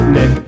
Nick